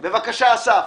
בבקשה, אסף.